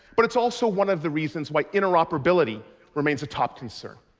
but it's also one of the reasons why interoperability remains a top concern.